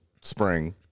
Spring